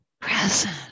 present